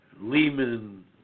Lehman